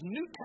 New